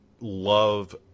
love